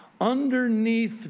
Underneath